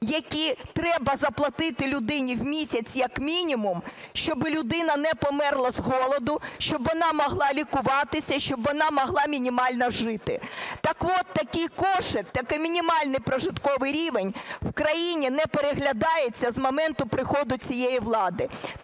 які треба заплатити людині в місяць як мінімум, щоб людина не померла з голоду, щоб вона могла лікуватися, щоб вона могла мінімально жити. Так от такий кошик, такий мінімальний прожитковий рівень у країні не переглядається з моменту приходу цієї влади.